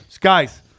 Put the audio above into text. Guys